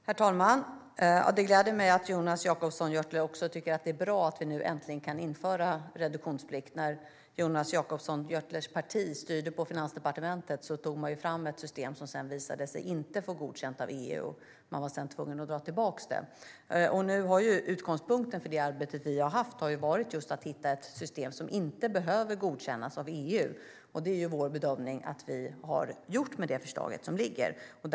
Herr talman! Det gläder mig att Jonas Jacobsson Gjörtler också tycker att det är bra att vi äntligen kan införa reduktionsplikt. När Jonas Jacobsson Gjörtlers parti styrde på Finansdepartementet tog man fram ett system som sedan visade sig inte få godkänt av EU, och man blev tvungen att dra tillbaka det. Utgångspunkten för vårt arbete har varit just att hitta ett system som inte behöver godkännas av EU. Vår bedömning är att vi har gjort det med det förslag som lagts fram.